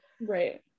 right